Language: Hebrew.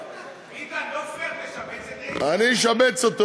ביטן, לא פייר, תשבץ את איתן, אני אשבץ אותו.